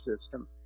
system